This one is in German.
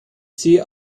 sie